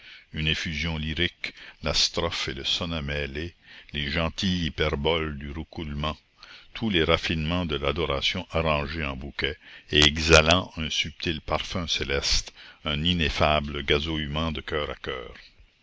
une effusion lyrique la strophe et le sonnet mêlés les gentilles hyperboles du roucoulement tous les raffinements de l'adoration arrangés en bouquet et exhalant un subtil parfum céleste un ineffable gazouillement de coeur à coeur